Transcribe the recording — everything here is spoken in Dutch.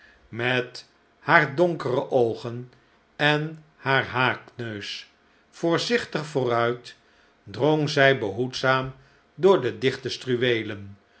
met hare dohkere oogen enhaarhaakneus voorzichtig vooruit drong zij behoedzaam door de dichte